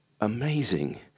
amazing